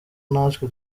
natwe